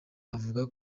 avuga